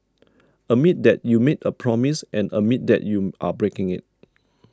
admit that you made a promise and admit that you are breaking it